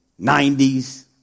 90s